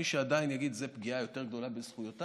מי שעדיין יגיד: זו פגיעה יותר גדולה בזכויותיי,